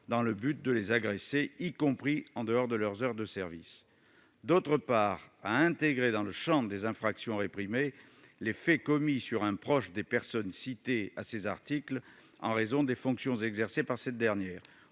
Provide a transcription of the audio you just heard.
dans le but de les agresser, y compris en dehors de leurs heures de service. D'autre part, cet amendement vise à intégrer dans le champ des infractions réprimées les faits commis sur un proche des personnes citées à ces articles en raison des fonctions exercées par ces dernières.